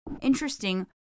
interesting